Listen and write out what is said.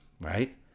Right